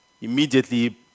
Immediately